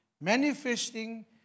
Manifesting